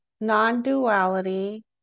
non-duality